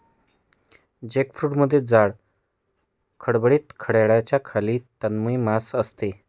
जॅकफ्रूटमध्ये जाड, खडबडीत कड्याच्या खाली तंतुमय मांस असते